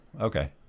okay